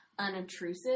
unobtrusive